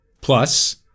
Plus